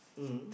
mm